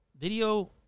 video